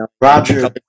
Roger